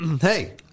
Hey